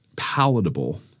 palatable